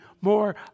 more